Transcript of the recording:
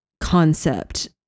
concept